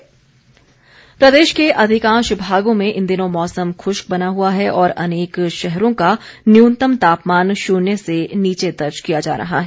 मौसम प्रदेश के अधिकांश भागों में इन दिनों मौसम खुष्क बना हुआ है और अनेक शहरों का न्यूनतम तापमान शून्य से नीचे दर्ज किया जा रहा है